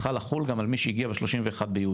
צריכה לחול גם על מי שהגיע ב-31 ביולי,